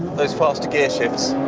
those faster gearshifts